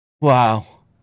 Wow